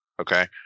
Okay